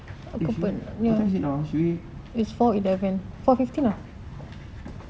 eh what time is it now ah should we